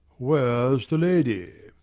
where's the lady?